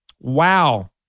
Wow